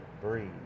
breathe